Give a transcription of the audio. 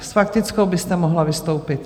S faktickou byste mohla vystoupit.